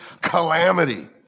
calamity